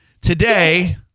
today